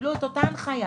שקיבלו את אותה הנחיה,